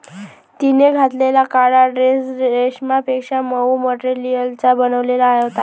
तिने घातलेला काळा ड्रेस रेशमापेक्षा मऊ मटेरियलचा बनलेला होता